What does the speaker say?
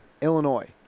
Illinois